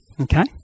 okay